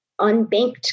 unbanked